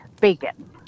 bacon